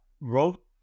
wrote